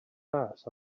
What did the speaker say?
mas